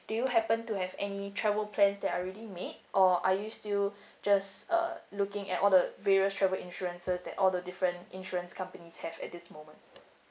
do you happen to have any travel plans that already made or are you still just uh looking at all the various travel insurances that all the different insurance companies have at this moment